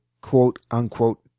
quote-unquote